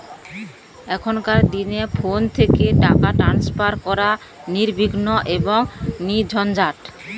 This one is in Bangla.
এখনকার দিনে ফোন থেকে টাকা ট্রান্সফার করা নির্বিঘ্ন এবং নির্ঝঞ্ঝাট